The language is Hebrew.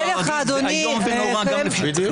איום ונורא גם לשיטתך.